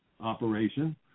operation